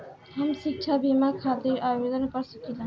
हम शिक्षा बीमा खातिर आवेदन कर सकिला?